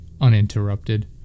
uninterrupted